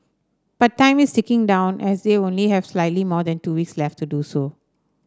but time is ticking down as they only have slightly more than two weeks left to do so